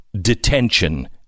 detention